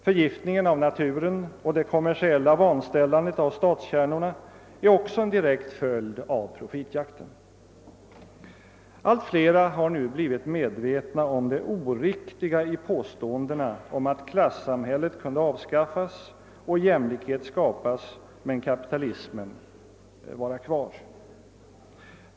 Förgiftningen av naturen och det kommersiella vanställandet av stadskärnorna är också en direkt följd av profitjakten. Allt flera har blivit medvetna om det oriktiga i påståendena om att klasssamhället kunde avskaffas och jämlikhet skapas men kapitalismen vara kvar.